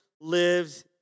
lives